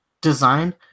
design